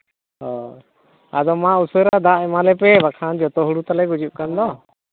ᱦᱳᱭ ᱟᱫᱚ ᱢᱟ ᱩᱥᱹᱟᱨᱟ ᱫᱟᱜ ᱮᱢᱟᱞᱮᱯᱮ ᱵᱟᱠᱷᱟᱱ ᱡᱚᱛᱚ ᱦᱩᱲᱩ ᱛᱟᱞᱮ ᱜᱩᱡᱩᱜ ᱠᱟᱱ ᱫᱚ